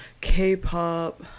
K-pop